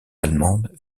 allemandes